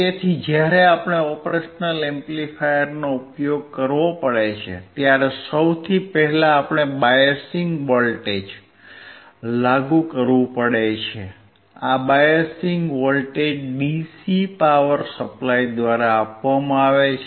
તેથી જ્યારે આપણે ઓપરેશનલ એમ્પ્લીફાયરનો ઉપયોગ કરવો પડે છે ત્યારે સૌથી પહેલા આપણે બાયસીંગ વોલ્ટેજ લાગુ કરવું પડે છે આ biasing voltage DC power supply દ્વારા આપવામાં આવે છે